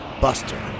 Buster